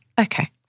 Okay